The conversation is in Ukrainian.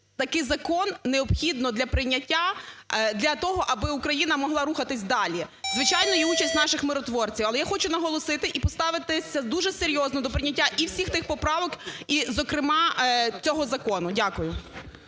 Такий закон необхідно для прийняття, для того, аби Україна могла рухатись далі. Звичайно, є участь наших миротворців. Але я хочу наголосити і поставитися дуже серйозно і до прийняття всіх тих поправок і, зокрема, цього закону. Дякую.